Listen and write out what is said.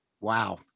Wow